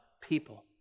people